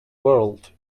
world